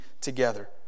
together